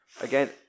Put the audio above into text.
again